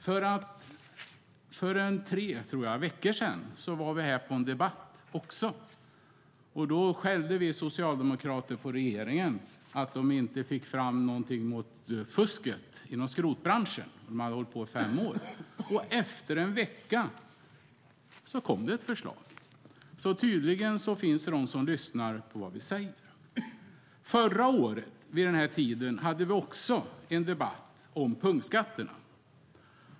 För ungefär tre veckor sedan, tror jag att det var, hade vi också en debatt här. Då skällde vi socialdemokrater på regeringen för att den inte fick fram någonting mot fusket inom skrotbranschen. De hade hållit på i fem år. Efter en vecka kom det ett förslag. Tydligen finns det de som lyssnar på det vi säger. Förra året vid den här tiden hade vi också en debatt om punktskatterna.